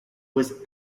was